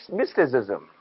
mysticism